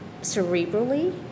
cerebrally